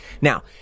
Now